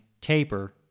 taper